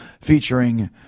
featuring